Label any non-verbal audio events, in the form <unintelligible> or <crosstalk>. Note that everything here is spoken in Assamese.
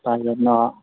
<unintelligible> ন